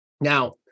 Now